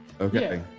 Okay